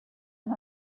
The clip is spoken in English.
and